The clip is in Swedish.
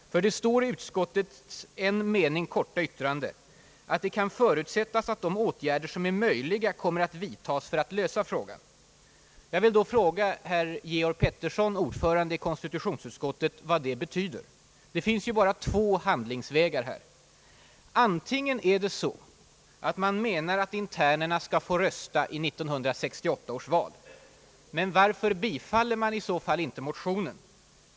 Ty det står i utskottets en mening korta yttrande att det »kan förutsättas, att de åtgärder som är möjliga kommer att vidtas för att lösa frågan ...» Jag vill då fråga herr Georg Pettersson, ordförande i konstitutionsutskottet, vad det betyder. Det finns ju bara två handlingsvägar här. Antingen är det så, att man menar att internerna skall få rösta i 1968 års val. — Men varför bifaller man i så fall inte motionen?